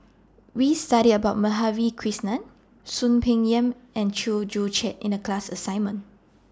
We studied about Madhavi Krishnan Soon Peng Yam and Chew Joo Chiat in The class assignment